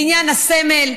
בעניין הסמל,